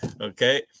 Okay